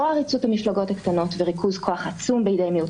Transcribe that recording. וק לערכיה של מדינת ישראל כמדינה יהודית